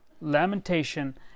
lamentation